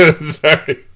Sorry